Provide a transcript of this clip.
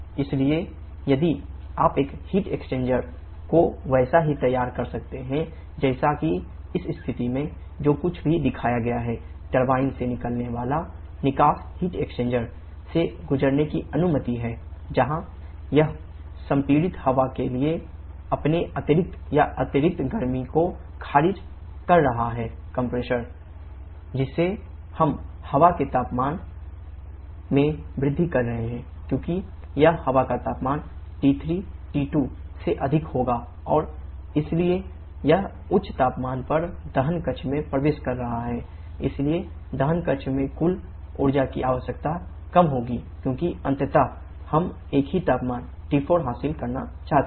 इसलिए यदि आप एक हीट एक्सचेंजर में कुल ऊर्जा की आवश्यकता कम होगी क्योंकि अंततः हम एक ही तापमान T4 हासिल करना चाहते हैं